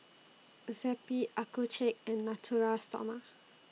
Zappy Accucheck and Natura Stoma